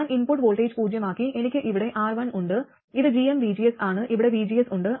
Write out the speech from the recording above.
ഞാൻ input voltage പൂജ്യമാക്കി എനിക്ക് ഇവിടെ R1 ഉണ്ട് ഇത് gmvgs ആണ് ഇവിടെ vgs ഉണ്ട്